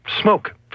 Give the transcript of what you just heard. smoke